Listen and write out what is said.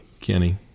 Kenny